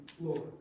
Lord